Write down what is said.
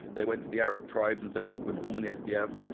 they went to the arab tribes and said, look, we're forming the sdf.